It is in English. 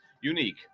unique